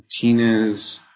Tina's